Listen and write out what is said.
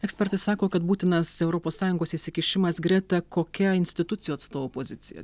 ekspertai sako kad būtinas europos sąjungos įsikišimas greta kokia institucijų atstovų pozicija